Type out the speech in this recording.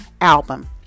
album